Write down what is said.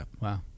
Wow